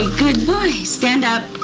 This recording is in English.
good boy. stand up.